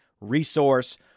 resource